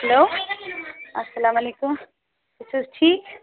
hello اسلام علیکُم تُہۍ چھُ حظ ٹھیٖک